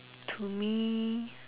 to me